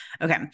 Okay